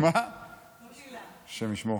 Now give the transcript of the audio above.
השם ישמור.